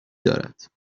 دارد